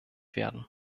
werden